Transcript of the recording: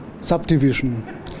subdivision